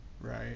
right